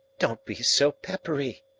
don't be so peppery,